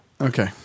Okay